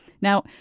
now